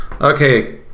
Okay